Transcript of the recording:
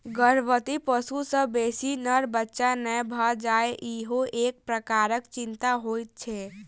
गर्भवती पशु सॅ बेसी नर बच्चा नै भ जाय ईहो एक प्रकारक चिंता होइत छै